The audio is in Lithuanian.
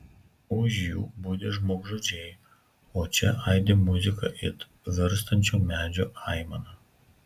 už jų budi žmogžudžiai o čia aidi muzika it virstančio medžio aimana